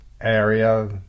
area